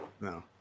No